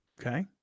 okay